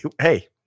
Hey